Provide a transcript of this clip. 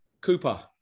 Cooper